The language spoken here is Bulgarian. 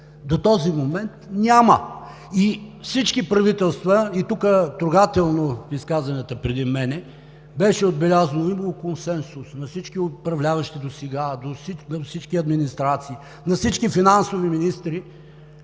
до този момент няма. Всички правителства – тук трогателно в изказванията преди мен беше отбелязано – имало консенсус на всички управляващи досега, на всички администрации, на всички финансови министри,